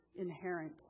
inherent